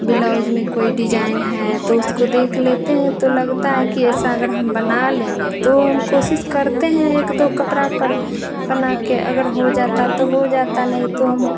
blouse में कोई design है तो उसको देख लेते हैं तो लगता है कि ऐसा अगर हम बना लेंगे तो हम कोशिश करते हैं एक दो कपड़ा पर बना कर अगर हो जाता तो हो जाता नहीं तो हम